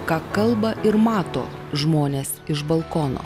ką kalba ir mato žmonės iš balkono